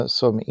som